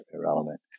irrelevant